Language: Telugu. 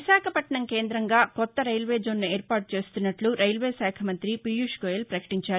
విశాఖపట్నం కేంద్రంగా కొత్త రైల్వే జోన్ను ఏర్పాటు చేస్తున్నట్లు రైల్వే శాఖ మంత్రి పీయూష్ గోయల్ పకటించారు